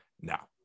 Now